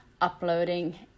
uploading